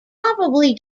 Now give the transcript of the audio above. probably